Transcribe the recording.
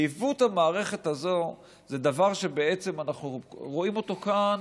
ועיוות המערכת הזאת זה דבר שבעצם אנחנו רואים אותו כאן